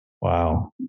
Wow